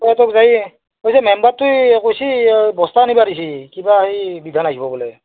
অঁ টোক যায়ে কৈছে মেম্বাৰটোৱে কৈছে বস্তা নিব দিছে কিবা হেৰি বিধান আহিব বোলে